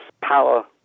power